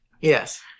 Yes